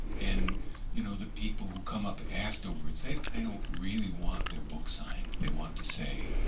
and you know the people who come up afterwards they don't really want their book signed. they want to say,